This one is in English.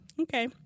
Okay